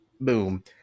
boom